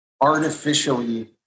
artificially